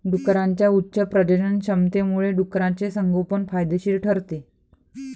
डुकरांच्या उच्च प्रजननक्षमतेमुळे डुकराचे संगोपन फायदेशीर ठरते